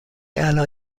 الان